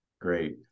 Great